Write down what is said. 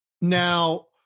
Now